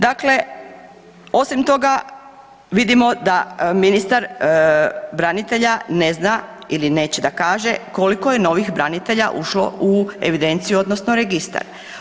Dakle, osim toga vidimo da ministar branitelja ne zna ili neće da kaže koliko je novih branitelja ušlo u evidenciju odnosno registar.